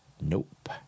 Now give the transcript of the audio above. Nope